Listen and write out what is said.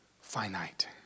finite